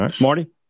Marty